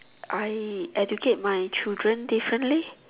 I educate my children differently